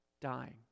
Dying